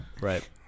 Right